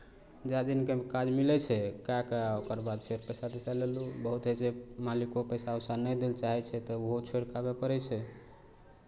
जाए दिनके काज मिलै छै कए कऽ आ ओकर बाद फेर पैसा तैसा लेलहुँ बहुत होइ छै मालिको पैसा उसा नहि दै लए चाहै छै तऽ ओहो छोड़ि कऽ आबय पड़ै छै